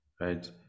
right